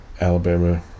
Alabama